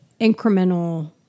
incremental